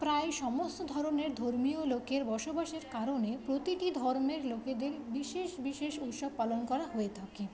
প্রায় সমস্ত ধরনের ধর্মীয় লোকের বসবাসের কারণে প্রতিটি ধর্মের লোকেদের বিশেষ বিশেষ উৎসব পালন করা হয়ে থাকে